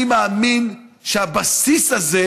אני מאמין שהבסיס הזה